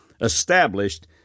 established